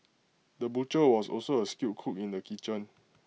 the butcher was also A skilled cook in the kitchen